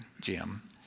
Jim